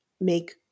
make